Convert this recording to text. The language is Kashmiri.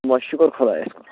بس شُکُر خۄدایس کُن